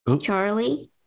Charlie